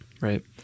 Right